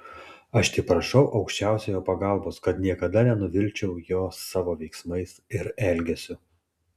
aš tik prašau aukščiausiojo pagalbos kad niekada nenuvilčiau jo savo veiksmais ir elgesiu